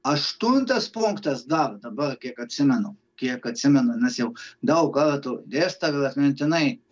aštuntas punktas dar dabar kiek atsimenu kiek atsimenu nes jau daug kartų dėstydavęs mintinai